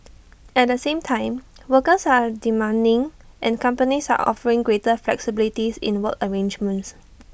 at the same time workers are demanding and companies are offering greater flexibilities in work arrangements